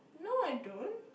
no I don't